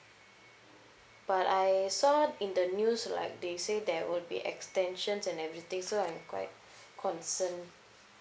but I saw in the news like they say there would be extensions and everything so I'm quite concerned